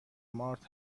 مارت